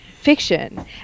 fiction